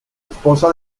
esposa